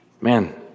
man